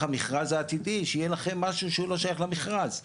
המכרז העתידי שיהיה לכם משהו שהוא לא שייך למכרז,